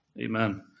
Amen